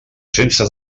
sense